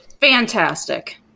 Fantastic